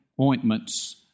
ointments